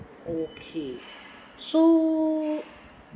okay so